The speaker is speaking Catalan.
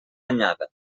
anyada